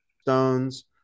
stones